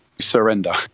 Surrender